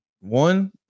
one